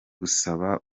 gusaba